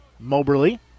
Moberly